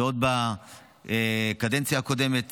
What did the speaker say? שעוד בקדנציה הקודמת